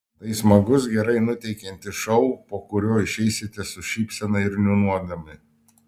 tai smagus gerai nuteikiantis šou po kurio išeisite su šypsena ir niūniuodami